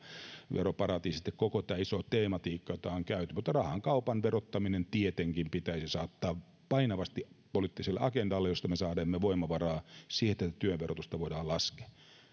veroparatiisit ja koko tämä iso tematiikka jota on käyty mutta rahankaupan verottaminen tietenkin pitäisi saattaa painavasti poliittiselle agendalle siitä me saamme voimavaraa siihen että työn verotusta voidaan laskea